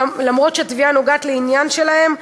למרות שהתביעה נוגעת לעניין שלהם,